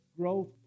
growth